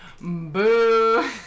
Boo